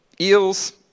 eels